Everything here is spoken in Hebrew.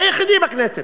היחידי בכנסת.